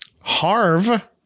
Harv